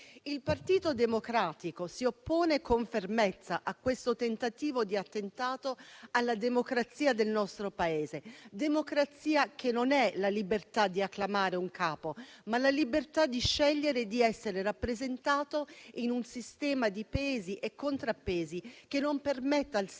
Il Partito Democratico si oppone con fermezza a questo tentativo di attentato alla democrazia del nostro Paese, democrazia che non è la libertà di acclamare un capo, ma la libertà di scegliere di essere rappresentato in un sistema di pesi e contrappesi che non permetta al singolo,